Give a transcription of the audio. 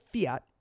Fiat